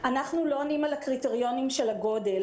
אנחנו לא עונים על הקריטריונים של הגודל.